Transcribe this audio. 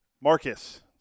Marcus